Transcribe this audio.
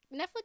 Netflix